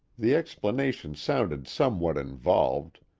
the explanation sounded somewhat involved,